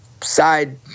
side